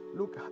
look